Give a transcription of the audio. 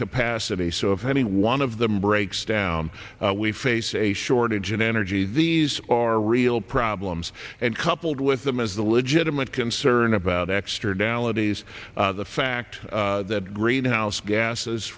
capacity so if any one of them breaks down we face a shortage in energy these are real problems and coupled with them as the legitimate concern about extra dalat ease the fact that greenhouse gases